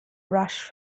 rushed